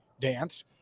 dance